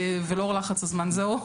ולאור לחץ הזמן, זהו.